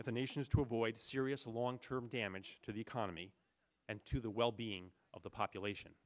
the nation is to avoid serious long term damage to the economy and to the wellbeing of the population